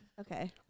Okay